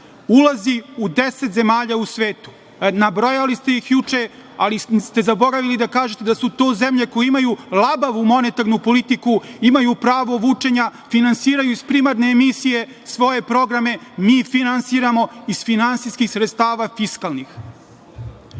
ulazi u deset zemalja u svetu. Nabrojali ste ih juče, ali ste zaboravili da kažete da su to zemlje koje imaju labavu monetarnu politiku, imaju pravo vučenja, finansiraju iz primarne emisije svoje programe, mi finansiramo iz finansijskih sredstava fiskalnih. Pet